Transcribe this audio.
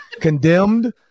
condemned